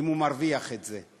אם הוא מרוויח את זה,